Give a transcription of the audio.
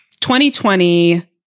2020